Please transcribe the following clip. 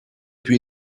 più